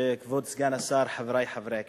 סגן השר, חברי חברי הכנסת,